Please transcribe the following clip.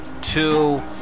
two